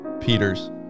Peters